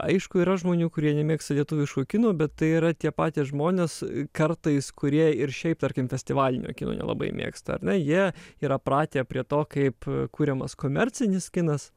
aišku yra žmonių kurie nemėgsta lietuviško kino bet tai yra tie patys žmonės kartais kurie ir šiaip tarkim festivalinio kino nelabai mėgsta ar ne jie yra pratę prie to kaip kuriamas komercinis kinas